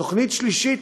תוכנית שלישית,